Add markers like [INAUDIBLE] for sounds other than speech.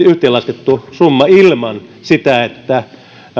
[UNINTELLIGIBLE] yhteenlaskettu summa ilman sitä että